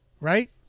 Right